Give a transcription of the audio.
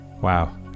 wow